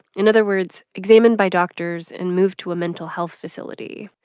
in other words, examined by doctors and moved to a mental health facility.